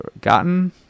gotten